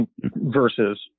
versus